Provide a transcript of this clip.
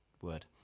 word